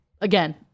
again